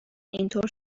اینطور